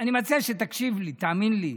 אני מציע שתקשיב לי, תאמין לי.